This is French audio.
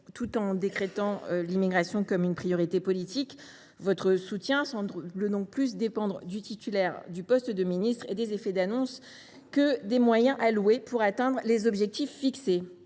tout en décrétant que l’immigration est une priorité politique. Votre soutien semble donc dépendre davantage du titulaire du poste de ministre et des effets d’annonce que des moyens alloués pour atteindre les objectifs qui